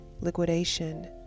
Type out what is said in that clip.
liquidation